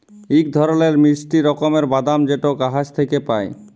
ইক ধরলের মিষ্টি রকমের বাদাম যেট গাহাচ থ্যাইকে পায়